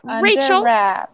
rachel